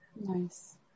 Nice